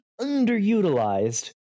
underutilized